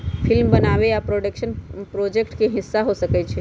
film बनाबे आ production project के हिस्सा हो सकइ छइ